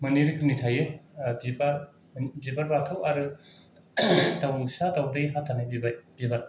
मोननै रोखोयनि थायो बिबार बिबार बाथौ आरो दावसा दावदै हाथारनाय बिबाइद बिबार